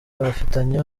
bafitanye